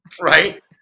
Right